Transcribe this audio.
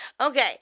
Okay